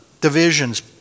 divisions